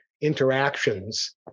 interactions